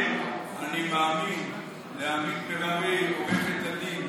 כן, אני מאמין לעמית מררי, עורכת הדין,